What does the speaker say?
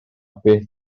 beth